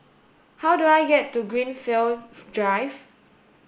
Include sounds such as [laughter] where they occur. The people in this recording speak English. how do I get to Greenfield [unintelligible] Drive